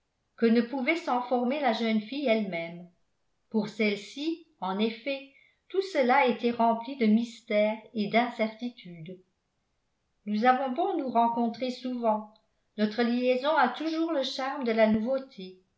que ne pouvait s'en former la jeune fille elle-même pour celle-ci en effet tout cela était rempli de mystère et d'incertitude nous avons beau nous rencontrer souvent notre liaison a toujours le charme de la nouveauté